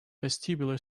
vestibular